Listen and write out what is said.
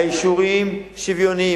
האישורים שוויוניים,